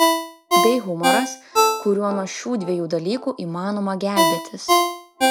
bei humoras kuriuo nuo šių dviejų dalykų įmanoma gelbėtis